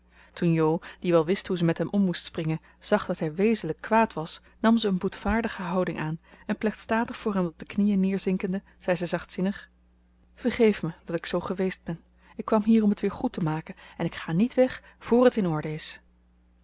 toen jo die wel wist hoe ze met hem om moest springen zag dat hij wezenlijk kwaad was nam ze een boetvaardige houding aan en plechtstatig voor hem op de knieën neerzinkende zei ze zachtzinnig vergeef me dat ik zoo geweest ben ik kwam hier om het weer goed te maken en ik ga niet weg voor het in orde is